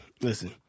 listen